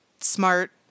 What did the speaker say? smart